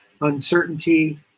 uncertainty